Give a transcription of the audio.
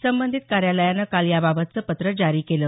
संबंधित कार्यालयानं काल याबाबतचं पत्र जारी केलं